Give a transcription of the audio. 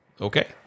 okay